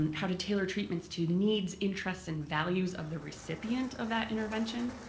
how to staler treatments to needs, interests and values of the recipient of that intervention.